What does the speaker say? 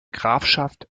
grafschaft